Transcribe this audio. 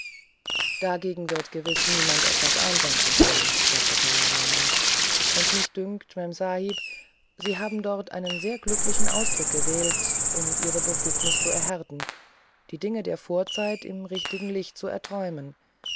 dagegen wird gewiß niemand etwas einwenden können sagte kala rama und mich dünkt memsahib sie haben dort einen sehr glücklichen ausdruck erwählt um ihre befugnis zu erhärten die dinge der vorzeit im richtigen licht zu erträumen